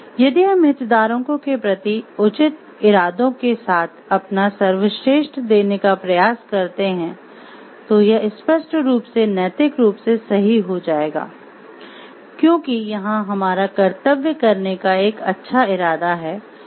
यदि हम हितधारकों के प्रति उचित इरादों के साथ अपना सर्वश्रेष्ठ देनें का प्रयास करते हैं तो यह स्पष्ट रूप से नैतिक रूप से सही हो जाएगा क्योंकि यहाँ हमारा कर्तव्य करने का एक अच्छा इरादा है